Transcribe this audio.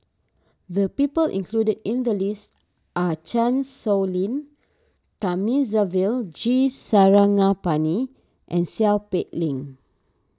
the people included in the list are Chan Sow Lin Thamizhavel G Sarangapani and Seow Peck Leng